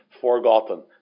forgotten